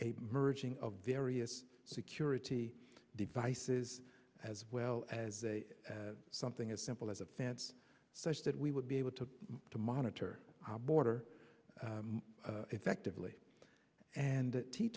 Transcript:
a merging of various security devices as well as something as simple as a fence such that we would be able to monitor our border effectively and that t